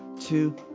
two